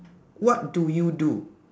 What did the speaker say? what do you do